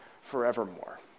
forevermore